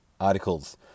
articles